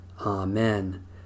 Amen